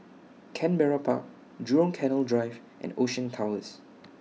Canberra Park Jurong Canal Drive and Ocean Towers